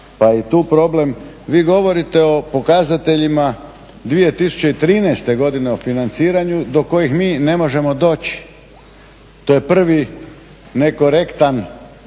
je i tu problem. Vi govorite o pokazateljima 2013. godine o financiranju do kojih mi ne možemo doći. To je prva nekorektna